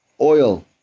oil